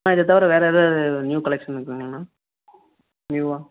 அண்ணா இதை தவிற வேறு ஏதாவது நியூ கலெக்ஷன் இருக்குதுங்களாண்ணா நியூவா